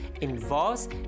involves